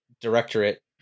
directorate